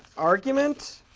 argument.